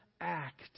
act